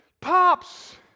Pops